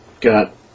got